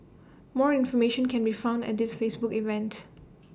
more information can be found at this Facebook event